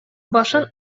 башын